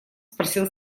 спросил